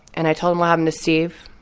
and i told him what happened to steve.